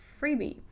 freebie